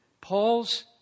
Paul's